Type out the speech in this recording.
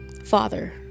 father